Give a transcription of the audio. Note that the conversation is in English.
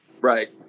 Right